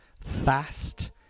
fast